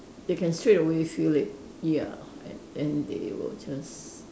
they can straightaway feel it ya and and they will just